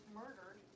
murdered